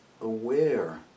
aware